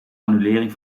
annulering